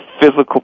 physical